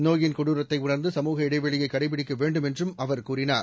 நோயின் கொடுரத்தைஉணர்ந்துசமுக இடைவெளியைகடைபிடிக்கவேண்டும் என்றுகூறினார்